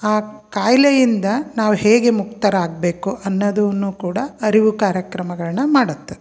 ಆ ಖಾಯಿಲೆಯಿಂದ ನಾವು ಹೇಗೆ ಮುಕ್ತರಾಗಬೇಕು ಅನ್ನೋದನ್ನು ಕೂಡ ಅರಿವು ಕಾರ್ಯಕ್ರಮಗಳನ್ನ ಮಾಡುತ್ತೆ